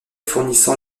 fournissant